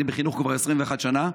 אני בחינוך כבר 21 שנה.